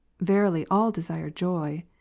verily all desire joy.